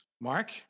Mark